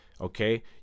Okay